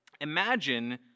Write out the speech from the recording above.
Imagine